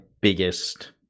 biggest